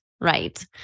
Right